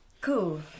Cool